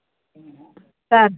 sir